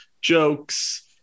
jokes